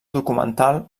documental